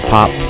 Pop